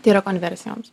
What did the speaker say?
tai yra konversijoms